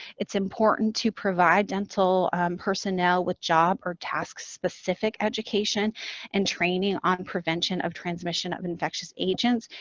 it's important to provide dental personnel with job or task-specific education and training on prevention of transmission of infectious agents,